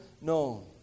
known